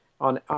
on